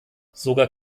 sogar